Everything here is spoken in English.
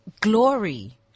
glory